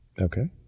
Okay